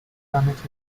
committee